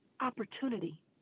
opportunity